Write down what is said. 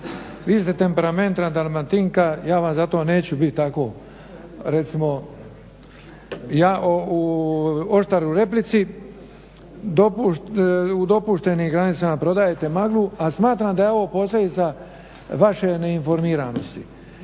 vi ste temperamentna Dalmatinka, ja vam zato neću biti tako oštar u replici. U dopuštenim granicama prodajete maglu, a smatram da je ovo posljedica vaše neinformiranosti.